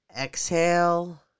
exhale